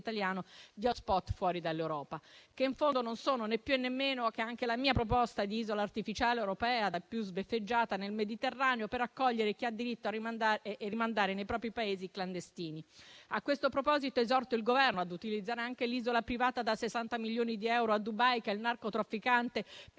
di *hotspot* fuori dall'Europa, che in fondo sono in linea con la mia proposta di isola artificiale europea, da più sbeffeggiata, nel Mediterraneo, per accogliere chi ha diritto a rimanere e rimandare nei propri Paesi i clandestini. A questo proposito esorto il Governo a utilizzare anche l'isola privata da 60 milioni di euro a Dubai che il narcotrafficante